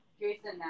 Jason